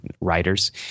writers